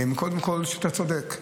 היא קודם כול שאתה צודק.